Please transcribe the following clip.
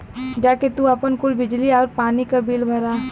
जा के तू आपन कुल बिजली आउर पानी क बिल भरा